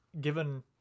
given